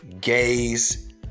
gays